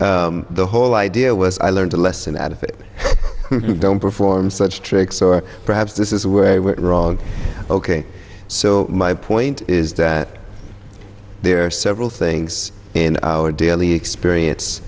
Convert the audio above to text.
the whole idea was i learned a lesson that if it don't perform such tricks or perhaps this is where we are wrong ok so my point is that there are several things in our daily experience